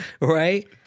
right